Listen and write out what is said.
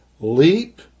Leap